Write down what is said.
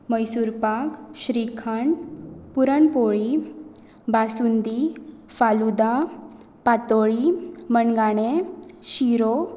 मैसूरपाक श्रीखंड पुरणपोळी बासुंदी फालुदा पातोळी मणगाणें शिरो